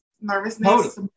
nervousness